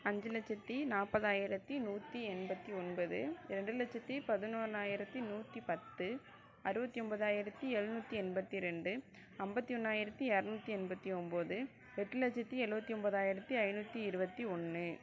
அஞ்சு லட்சத்தி நாற்பதாயிரத்தி நூற்றி எண்பத்தி ஒன்பது ரெண்டு லட்சத்தி பதினொன்னாயிரத்தி நூற்றி பத்து அறுபத்தி ஒன்போதாயிரத்தி எழுநூற்றி எண்பத்தி ரெண்டு ஐம்பத்தொன்னாயிரத்தி இரநூத்தி எண்பத்தி ஒன்பது எட்டு லட்சத்தி எழுவத்தி ஒன்பதாயிரத்தி ஐநூற்றி இருபத்தி ஒன்று